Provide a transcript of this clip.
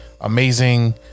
amazing